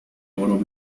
oro